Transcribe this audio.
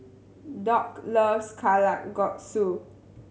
Dock loves Kalguksu